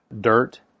dirt